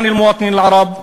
(אומר דברים בשפה הערבית.